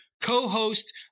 co-host